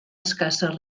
escasses